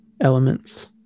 elements